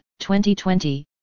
2020